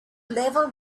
level